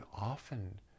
often